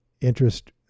interest